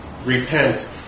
repent